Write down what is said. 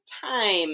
time